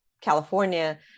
California